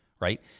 right